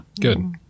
good